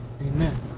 Amen